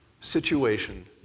situation